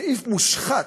סעיף מושחת,